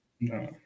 No